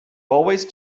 always